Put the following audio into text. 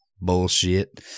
bullshit